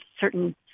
certain